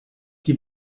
die